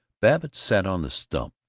babbitt sat on the stump,